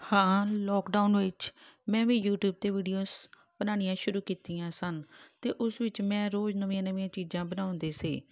ਹਾਂ ਲੋਕਡਾਊਨ ਵਿੱਚ ਮੈਂ ਵੀ ਯੂਟੀਊਬ 'ਤੇ ਵੀਡੀਓਜ ਬਣਾਉਣੀਆਂ ਸ਼ੁਰੂ ਕੀਤੀਆਂ ਸਨ ਅਤੇ ਉਸ ਵਿੱਚ ਮੈਂ ਰੋਜ਼ ਨਵੀਆਂ ਨਵੀਆਂ ਚੀਜ਼ਾਂ ਬਣਾਉਂਦੀ ਸੀ